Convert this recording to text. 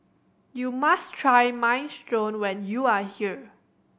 you must try Minestrone when you are here